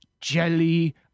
jelly